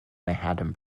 manhattan